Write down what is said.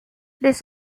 les